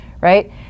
right